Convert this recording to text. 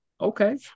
Okay